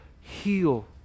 heal